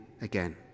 again